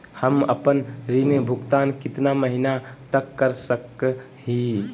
हम आपन ऋण भुगतान कितना महीना तक कर सक ही?